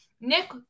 Nick